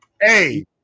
Hey